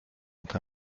ont